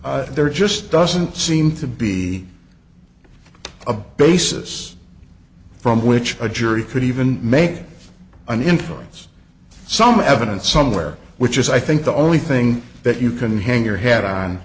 there just doesn't seem to be a basis from which a jury could even make an inference some evidence somewhere which is i think the only thing that you can hang your hat on